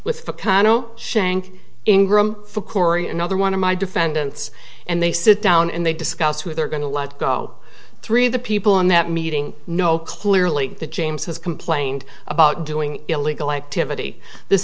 cano shank ingram for corey another one of my defendants and they sit down and they discuss who they're going to let go three of the people in that meeting know clearly that james has complained about doing illegal activity this